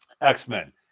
X-Men